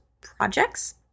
projects